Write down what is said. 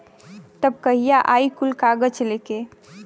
तब कहिया आई कुल कागज़ लेके?